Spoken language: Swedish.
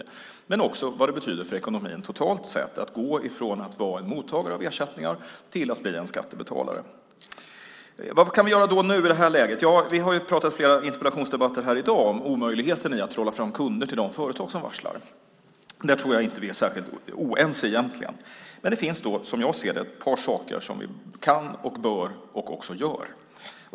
Vi vet också vad det betyder för ekonomin totalt sett att gå från att vara en mottagare av ersättningar till att bli en skattebetalare. Vad kan vi då göra nu, i det här läget? Vi har i flera interpellationsdebatter här i dag talat om det omöjliga i att trolla fram kunder till de företag som varslar. Där tror jag inte att vi egentligen är särskilt oense. Som jag ser det finns det dock ett par saker som vi kan och bör göra, och också gör.